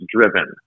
driven